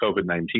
COVID-19